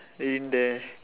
they didn't dare